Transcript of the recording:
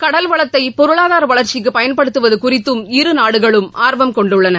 கடல் வளத்தை பொருளாதார வளா்ச்சிக்கு பயன்படுத்துவது குறித்தும் இரு நாடுகளும் ஆர்வம் கொண்டுள்ளன